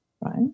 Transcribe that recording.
right